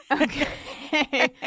Okay